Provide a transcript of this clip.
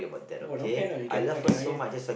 !wah! not bad ah you can I can iron